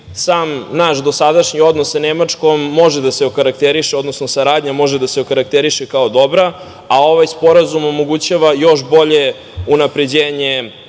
sam naš dosadašnji odnos sa Nemačkom može da se okarakteriše, odnosno saradnja može da se okarakteriše kao dobra, a ovaj sporazum omogućava još bolje unapređenje